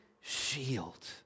shield